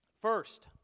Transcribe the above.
First